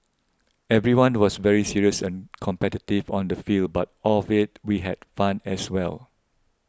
everyone was very serious and competitive on the field but off it we had fun as well